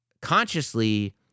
consciously